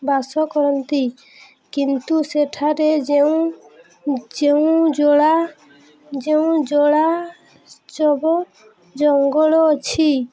ବାସ କରନ୍ତି କିନ୍ତୁ ସେଠାରେ ଯେଉଁ ଯେଉଁ ଜ୍ଵାଳା ଯେଉଁ ଜ୍ଵାଳାସବ ଜଙ୍ଗଲ ଅଛି